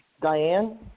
Diane